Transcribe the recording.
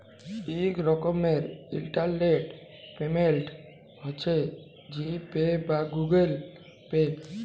ইক রকমের internet payment হছে জি পে বা গুগল পে